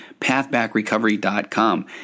pathbackrecovery.com